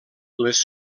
les